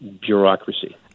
bureaucracy